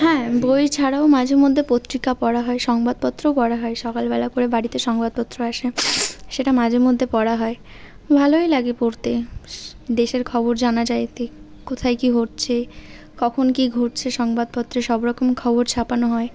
হ্যাঁ বই ছাড়াও মাঝেমধ্যে পত্রিকা পড়া হয় সংবাদপত্রও পড়া হয় সকালবেলা করে বাড়িতে সংবাদপত্র আসে সেটা মাঝেমধ্যে পড়া হয় ভালোই লাগে পড়তে দেশের খবর জানা যায় এতে কোথায় কী ঘটছে কখন কী ঘটছে সংবাদপত্রে সবরকম খবর ছাপানো হয়